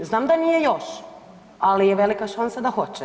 Znam da nije još ali je velika šansa da hoće.